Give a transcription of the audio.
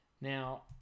Now